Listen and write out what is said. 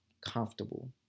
comfortable